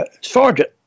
Sergeant